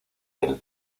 del